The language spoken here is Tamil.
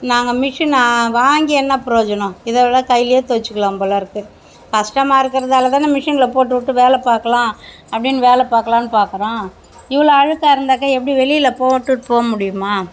நாங்கள் மெஷின் வாங்கி என்ன ப்ரோயோஜனம் இதெல்லாம் கையிலே துவைச்சிகலாம் போல் இருக்கு கஷ்டமாக இருக்கிறதால தான் மெஷினில் போட்டுவிட்டு வேலை பார்க்கலாம் அப்படின்னு வேலை பார்க்கலான்னு பாக்கிறோம் இவ்வளோ அழுக்காக இருந்தாக்கா எப்படி வெளியில் போட்டுட்டு போக முடியுமா